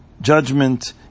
judgment